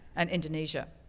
and indonesia.